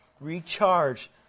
recharge